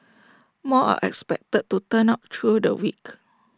more are expected to turn up through the week